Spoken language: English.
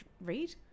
read